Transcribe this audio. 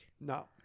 No